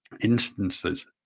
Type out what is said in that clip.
instances